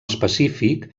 específic